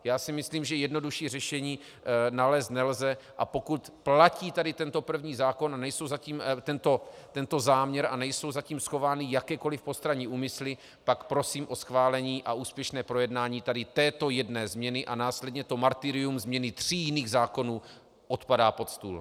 Já si myslím, že jednodušší řešení nalézt nelze, a pokud platí tady tento první zákon, nejsou zatím... tento záměr a nejsou za tím schovány jakékoliv postranní úmysly, pak prosím o schválení a úspěšné projednání tady této jedné změny, a následně to martyrium změny tří jiných zákonů odpadá pod stůl.